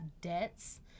debts